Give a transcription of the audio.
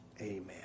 Amen